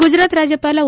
ಗುಜರಾತ್ ರಾಜ್ಯವಾಲ ಒ